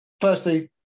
firstly